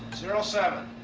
zero-seven.